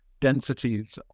densities